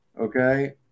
okay